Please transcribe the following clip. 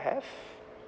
have